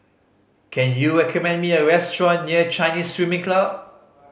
can you recommend me a restaurant near Chinese Swimming Club